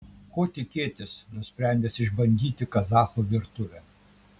ko tikėtis nusprendęs išbandyti kazachų virtuvę